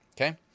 okay